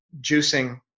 juicing